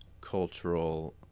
cultural